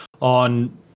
on